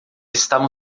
estavam